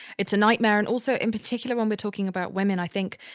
it's a nightmare. and also, in particular, when we're talking about women, i think,